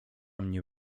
mnie